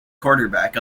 quarterback